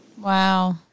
Wow